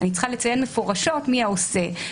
אני צריכה לציין מפורשות מי העושה,